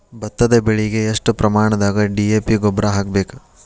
ಭತ್ತದ ಬೆಳಿಗೆ ಎಷ್ಟ ಪ್ರಮಾಣದಾಗ ಡಿ.ಎ.ಪಿ ಗೊಬ್ಬರ ಹಾಕ್ಬೇಕ?